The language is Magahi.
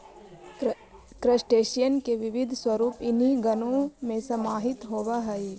क्रस्टेशियन के विविध स्वरूप इन्हीं गणों में समाहित होवअ हई